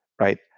right